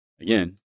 again